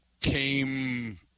came –